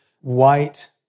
white